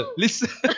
listen